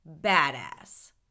badass